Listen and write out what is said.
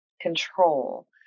control